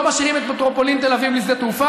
לא משאירים את מטרופולין תל אביב בלי שדה תעופה